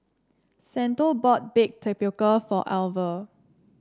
Santo bought Baked Tapioca for Alver